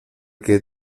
que